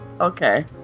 Okay